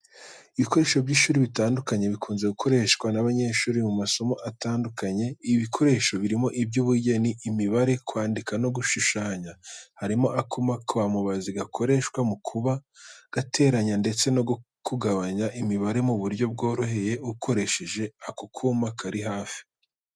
Ibikoresho by’ishuri bitandukanye bikunze gukoreshwa n’abanyeshuri mu masomo atandukanye. Ibi bikoresho birimo iby'ubugeni, imibare, kwandika no gushushanya. Harimo akuma ka mubazi gakoreshwa mu gukuba, guteranya ndetse no kugabanya imibare mu buryo byoroheye ukoresheshe ako kuma kari hagati.